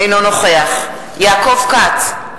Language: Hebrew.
אינו נוכח יעקב כץ,